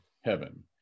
heaven